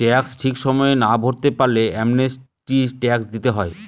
tax ঠিক সময়ে না ভরতে পারলে অ্যামনেস্টি ট্যাক্স দিতে হয়